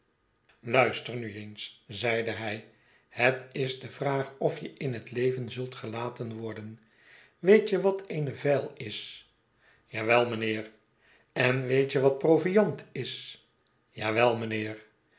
luister nu eens zeide hij het is de vraag of je in het leven zult gelaten worden weet je wat eene vijl is ja wel mijnheer en weet je wat proviand is ja